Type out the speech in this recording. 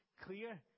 clear